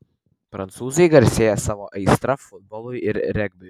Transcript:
prancūzai garsėja savo aistra futbolui ir regbiui